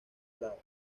prado